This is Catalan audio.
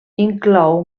inclou